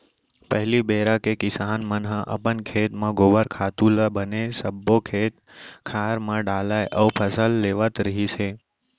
पहिली बेरा के किसान मन ह अपन खेत म गोबर खातू ल बने सब्बो खेत खार म डालय अउ फसल लेवत रिहिस हे